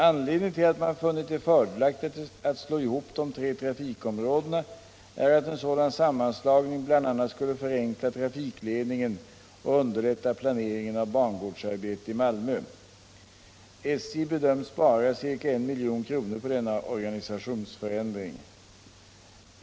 Anledningen till att man funnit det fördelaktigt att slå ihop de tre trafikområdena är att en sådan sammanslagning bl.a. skulle förenkla trafikledningen och underlätta planeringen av bangårdsarbetet i Malmö. SJ bedöms spara ca 1 milj.kr. på denna organisationsförändring.